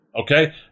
Okay